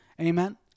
amen